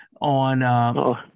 on